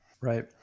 Right